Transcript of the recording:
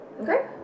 Okay